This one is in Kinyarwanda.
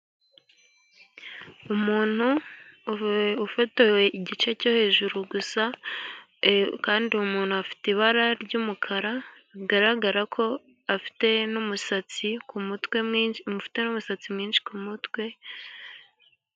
Umuntu ufotowe igice cyo hejuru gusa. Kandi umuntu afite ibara ry'umukara, bigaragara ko afite n'umusatsi ku mutwe, afite umusatsi mwinshi ku mutwe.